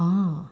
orh